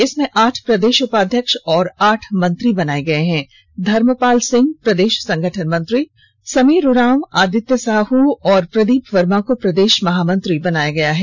इसमें आठ प्रदेश उपाध्यक्ष और आठ मंत्री बनाए गए हैं धर्मपाल सिंह प्रदेश संगठन मंत्री समीर उरांव आदित्य साह एवं प्रदीप वर्मा को प्रदेश महामंत्री बनाया गया हैं